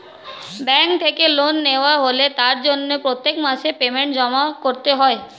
bank থেকে loan নেওয়া হলে তার জন্য প্রত্যেক মাসে পেমেন্ট জমা করতে হয়